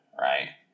right